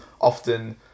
often